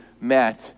met